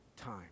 time